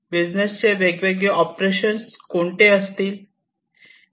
business चे वेगवेगळे operations कोणते असतील